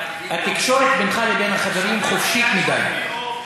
התקשורת בינך לבין החברים חופשית מדי.